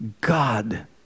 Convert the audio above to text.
God